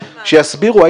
שיסבירו,